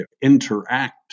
interact